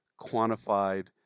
quantified